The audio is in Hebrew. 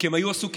כי הם היו עסוקים.